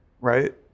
right